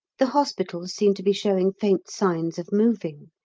the hospitals seem to be showing faint signs of moving.